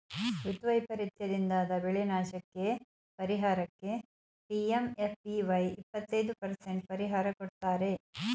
ಋತು ವೈಪರೀತದಿಂದಾದ ಬೆಳೆನಾಶಕ್ಕೇ ಪರಿಹಾರಕ್ಕೆ ಪಿ.ಎಂ.ಎಫ್.ಬಿ.ವೈ ಇಪ್ಪತೈದು ಪರಸೆಂಟ್ ಪರಿಹಾರ ಕೊಡ್ತಾರೆ